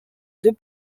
deux